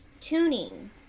tuning